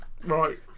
Right